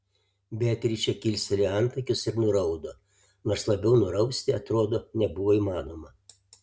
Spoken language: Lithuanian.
beatričė kilstelėjo antakius ir nuraudo nors labiau nurausti atrodo nebuvo įmanoma